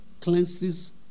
cleanses